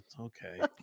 Okay